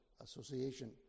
Association